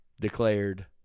declared